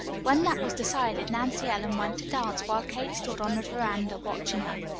when that was decided, nancy ellen went to dance, while kate stood on the veranda watching her.